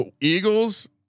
Eagles